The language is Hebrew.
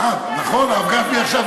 אה, נכון, הרב גפני עכשיו,